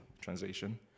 translation